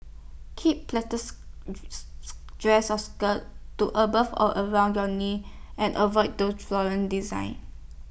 keep pleated dresses or skirts to above or around your knees and avoid those floral designs